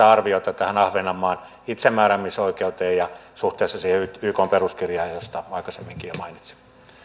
arviota tähän ahvenanmaan itsemääräämisoikeuteen ja suhteessa siihen ykn peruskirjaan josta aikaisemminkin jo mainitsin